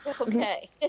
Okay